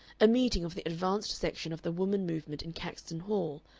a meeting of the advanced section of the woman movement in caxton hall,